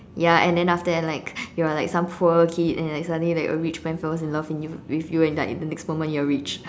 ya and then after that like you're like some poor kid and then like suddenly like a rich man falls in love in you with you and like the next moment you're rich